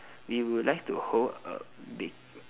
we would like to hold a bake